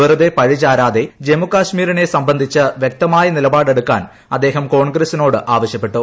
വെറുതെ പഴിചാരാതെ ജമ്മു കാശ്മീരിനെ സംബന്ധിച്ച് വൃക്തമായ നിലപാടെടുക്കാൻ അദ്ദേഹം കോൺഗ്രസിനോട് ആവശ്യപ്പെട്ടു